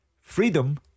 Freedom